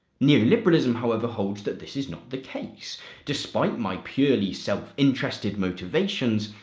neoliberalism, however, holds that this is not the case despite my purely self-interested motivations,